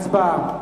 הצבעה.